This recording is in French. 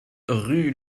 rue